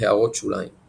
הערות שוליים ==